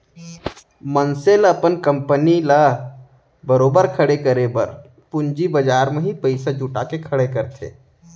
मनसे ल अपन कंपनी ल बरोबर खड़े करे बर पूंजी बजार म ही पइसा जुटा के खड़े करथे